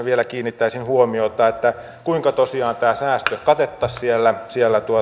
vielä kiinnittäisin huomiota kuinka tosiaan tämä säästö katettaisiin siellä siellä